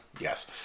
Yes